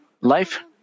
life